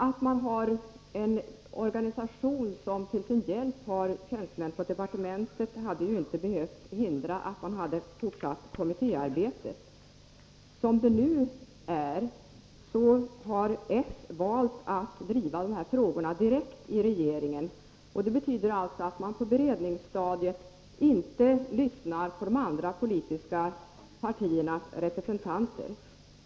Att man har en organisation som till sin hjälp har tjänstemän i departementet hade ju inte behövt hindra att man fortsatt kommittéarbetet. Som det nu är, har socialdemokraterna valt att driva de här frågorna direkt i regeringen. Det betyder alltså att man på beredningsstadiet inte lyssnar på de andra politiska partiernas representanter.